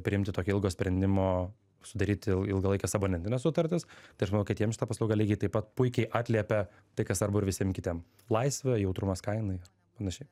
priimti tokio ilgo sprendimo sudaryti il ilgalaikes abonentines sutartis tai aš manau kad jiem šita paslauga lygiai taip pat puikiai atliepia tai kas svarbu ir visiem kitiem laisvę jautrumas kainai panašiai